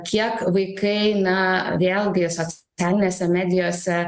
kiek vaikai na vėlgi socialinėse medijose